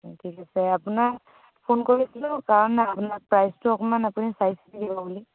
ঠিক আছে আপোনাক ফোন কৰিছিলো কাৰণ আপোনাৰ প্ৰাইচটো অকণমান আপুনি চাই চিতি দিব বুলি